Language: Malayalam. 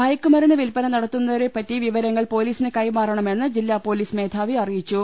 മയക്കുമരുന്ന് വിൽപ്പന നടത്തുന്ന വരെപ്പറ്റി വിവരങ്ങൾ പൊലീസിന് കൈമാറണമെന്ന് ജില്ലാ പൊലീസ് മേധാവി അറിയിച്ചു